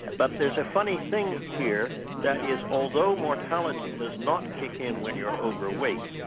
but there's a funny thing here that is although mortality does not kick in when you're overweight,